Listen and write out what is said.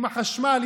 עם החשמל,